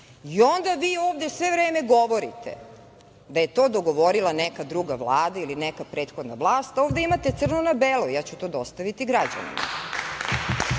vi ovde sve vreme govorite da je to dogovorila neka druga vlada ili neka prethodna vlast. Ovde imate crno na belo, ja ću to dostaviti građanima,